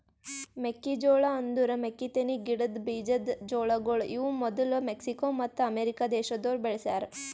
ಮೆಕ್ಕಿ ಜೋಳ ಅಂದುರ್ ಮೆಕ್ಕಿತೆನಿ ಗಿಡದ್ ಬೀಜದ್ ಜೋಳಗೊಳ್ ಇವು ಮದುಲ್ ಮೆಕ್ಸಿಕೋ ಮತ್ತ ಅಮೇರಿಕ ದೇಶದೋರ್ ಬೆಳಿಸ್ಯಾ ರ